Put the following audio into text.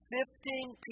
Sifting